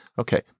okay